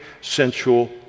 sensual